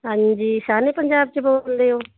ਹਾਂਜੀ ਸ਼ਾਨ ਏ ਪੰਜਾਬ 'ਚੋਂ ਬੋਲਦੇ ਹੋ